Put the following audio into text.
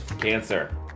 cancer